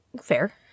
Fair